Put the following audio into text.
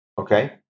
Okay